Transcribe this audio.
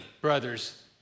brothers